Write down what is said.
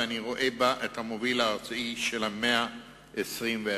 ואני רואה בה את המוביל הארצי של המאה ה-21.